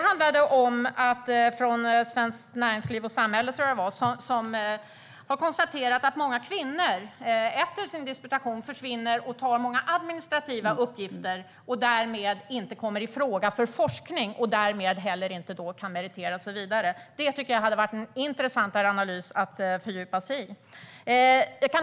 Studieförbundet Näringsliv och Samhälle har konstaterat att många kvinnor efter sin disputation försvinner och tar många administrativa uppgifter, och därmed kommer de inte i fråga för forskning och kan därmed inte heller meritera sig vidare. Det hade varit en intressantare analys att fördjupa sig i.